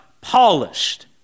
polished